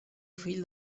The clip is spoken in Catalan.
fill